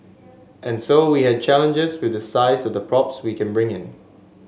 and so we had challenges with the size of the props we can bring in